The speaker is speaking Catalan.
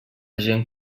gent